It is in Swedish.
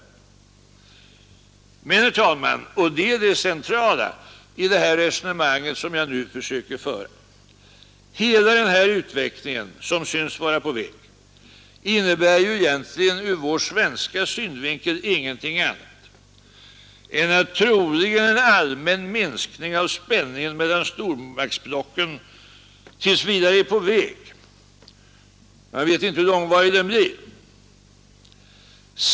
Men, herr talman — och detta är det centrala i det resonemang som jag nu försöker föra — hela den här utvecklingen, som nu synes vara på väg, innebär ju egentligen ur vår svenska synvinkel ingenting annat än att troligen en allmän minskning av spänningen mellan stormaktsblocken tills vidare är på väg, men man vet inte hur långvarig den blir.